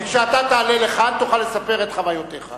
ואני מתבייש להגיד מה